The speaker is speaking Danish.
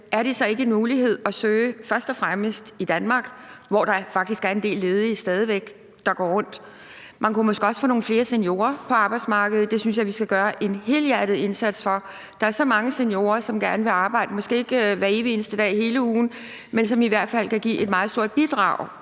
er det så ikke en mulighed at søge først og fremmest i Danmark, hvor der faktisk stadig væk er en del ledige, der går rundt? Man kunne måske også få nogle flere seniorer på arbejdsmarkedet. Det synes jeg vi skal gøre en helhjertet indsats for. Der er så mange seniorer, som gerne vil arbejde, måske ikke hver evig eneste dag hele ugen, men som i hvert fald kan give et meget stort bidrag